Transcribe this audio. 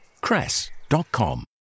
cress.com